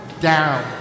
down